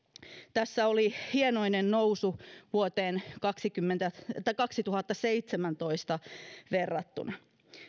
tässä oli hienoinen nousu vuoteen kaksituhattaseitsemäntoista verrattuna